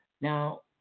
Now